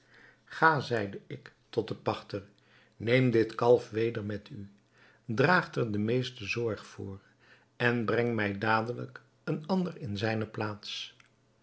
ga zeide ik tot den pachter neem dit kalf weder met u draag er de meeste zorg voor en breng mij dadelijk een ander in zijne plaats